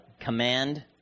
command